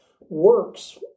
Works